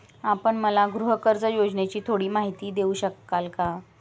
आपण मला गृहकर्ज योजनेची थोडी माहिती देऊ शकाल का?